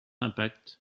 impact